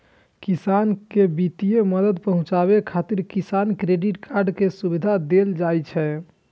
किसान कें वित्तीय मदद पहुंचाबै खातिर किसान क्रेडिट कार्ड के सुविधा देल जाइ छै